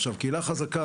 עכשיו, קהילה חזקה